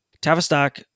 Tavistock